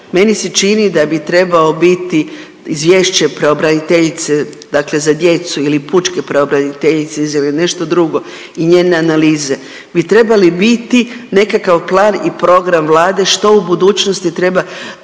meni se čini da bi trebao biti izvješće pravobraniteljice dakle za djecu ili pučke pravobraniteljice izjava ili nešto drugo i njene analize bi trebali biti nekakav plan i program Vlade što u budućnosti treba